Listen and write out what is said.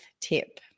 tip